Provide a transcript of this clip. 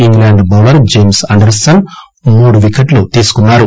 England bowler James Anderson మూడు వికెట్లు తీశాడు